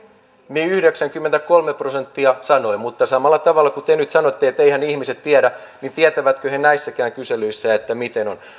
niin yhdeksänkymmentäkolme prosenttia sanoi mutta samalla tavalla kuin te nyt sanotte että eiväthän ihmiset tiedä niin tietävätkö he näissäkään kyselyissä miten on